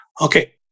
Okay